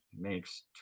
makes